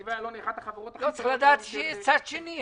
נתיבי איילון היא אחת החברות הכי --- צריך לדעת שיש גם צד שני.